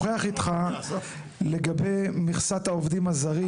איתך לגבי מכסת העובדים הזרים.